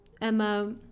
Emma